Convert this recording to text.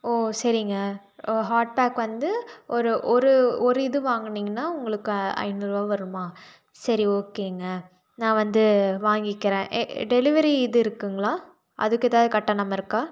ஓ சரிங்க ஒரு hot pack வந்து ஒரு ஒரு இது வாங்கினீங்கன்னா உங்களுக்கு ஐநூறுருவா வருமா சரி ஓகேங்க நான் வந்து வாங்கிக்கிறேன் ஏ டெலிவரி இது இருக்குதுங்களா அதுக்கு ஏதாவது கட்டணம் இருக்கா